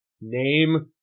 name